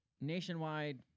nationwide